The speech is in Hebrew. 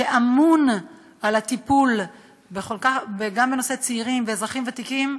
שאמון על הטיפול גם בנושא צעירים ואזרחים ותיקים,